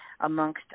Amongst